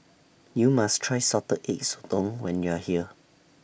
YOU must Try Salted Egg Sotong when YOU Are here